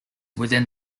within